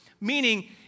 meaning